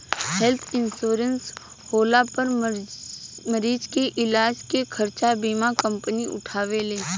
health insurance होला पर मरीज के इलाज के खर्चा बीमा कंपनी उठावेले